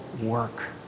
work